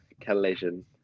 collision